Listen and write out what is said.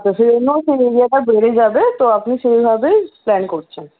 সেই জন্য বেড়ে যাবে তো আপনি সেভাবেই প্ল্যান করছেন